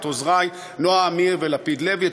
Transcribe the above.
את עוזרי נעה אמיר ולפיד לוי,